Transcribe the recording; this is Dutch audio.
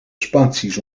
spaties